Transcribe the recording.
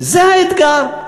זה האתגר.